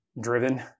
Driven